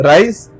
Rise